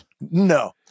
No